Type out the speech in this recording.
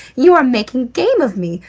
you are making game of me!